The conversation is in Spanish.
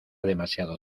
demasiado